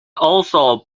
also